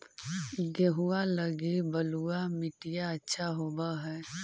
गेहुआ लगी बलुआ मिट्टियां अच्छा होव हैं?